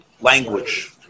language